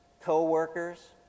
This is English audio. co-workers